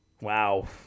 Wow